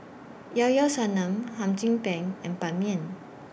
Llao Llao Sanum Hum Chim Peng and Ban Mian